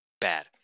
bad